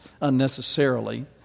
unnecessarily